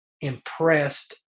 impressed